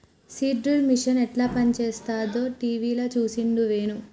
seed drill machine యెట్ల పనిచేస్తదో టీవీల చూసిండు వేణు